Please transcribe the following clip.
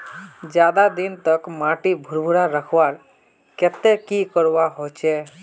ज्यादा दिन तक माटी भुर्भुरा रखवार केते की करवा होचए?